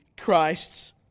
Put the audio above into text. Christ's